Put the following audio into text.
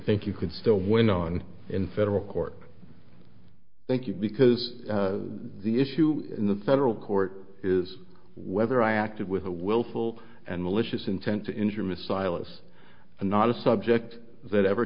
think you could still win on in federal court thank you because the issue in the federal court is whether i acted with a willful and malicious intent to injure ms silas and not a subject that ever